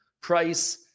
price